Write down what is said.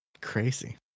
crazy